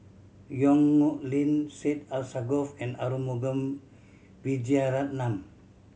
Yong Nyuk Lin Syed Alsagoff and Arumugam Vijiaratnam